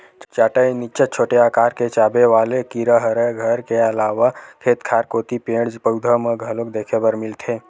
चाटा ए निच्चट छोटे अकार के चाबे वाले कीरा हरय घर के अलावा खेत खार कोती पेड़, पउधा म घलोक देखे बर मिलथे